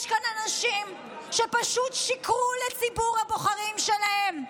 יש כאן אנשים שפשוט שיקרו לציבור הבוחרים שלהם,